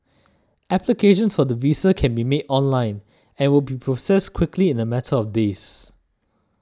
applications for the visa can be made online and will be processed quickly in a matter of days